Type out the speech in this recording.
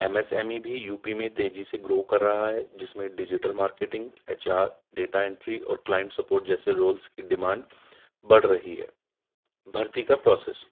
M S M E بھی U P میں تیزی سے گرو کر رہا ہے جس میں digital marketing H R data entry اور کلائنٹ سپورٹ جیسے رولس کی ڈیمانڈ بڑھ رہی ہے بھرتی کا پروسیس